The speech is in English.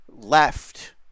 left